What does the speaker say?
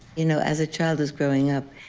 you know as a child who's growing up,